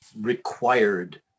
required